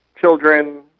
children